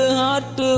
heart